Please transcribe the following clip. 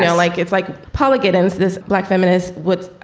yeah like it's like polygons, this black feminist. what?